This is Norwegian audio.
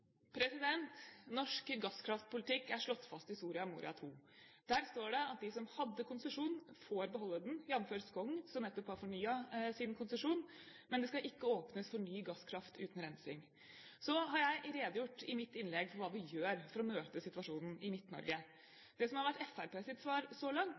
Midt-Norge? Norsk gasskraftpolitikk er slått fast i Soria Moria II. Der står det at de som hadde konsesjon, får beholde den, jf. Skogn, som nettopp har fornyet sin konsesjon, men det skal ikke åpnes for ny gasskraft uten rensing. Så har jeg i mitt innlegg redegjort for hva vi gjør for å møte situasjonen i Midt-Norge. Det som har vært Fremskrittspartiets svar så langt,